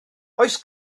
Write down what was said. oes